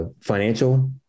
financial